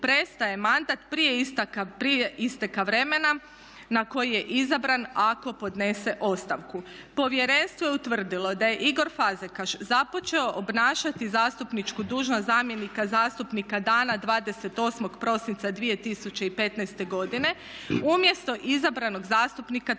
prestaje mandat prije isteka vremena na koji je izabran ako podnese ostavku. Povjerenstvo je utvrdilo da je Igor Fazekaš započeo obnašati zastupničku dužnost zamjenika zastupnika dana 28. prosinca 2015. godine umjesto izabranog zastupnika